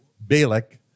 Balak